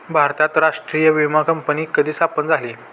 भारतात राष्ट्रीय विमा कंपनी कधी स्थापन झाली?